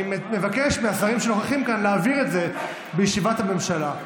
אני מבקש מהשרים שנוכחים כאן להעביר את זה בישיבת הממשלה.